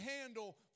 handle